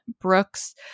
Brooks